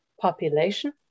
population